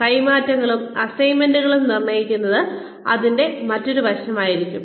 കൈമാറ്റങ്ങളും അസൈൻമെന്റുകളും നിർണ്ണയിക്കുന്നത് ഇതിന്റെ മറ്റൊരു വശമായിരിക്കും